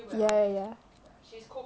ya ya ya